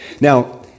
Now